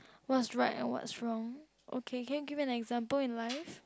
what's right and what's wrong okay can you give me an example in life